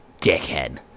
dickhead